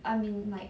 I'm in like